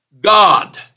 God